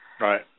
Right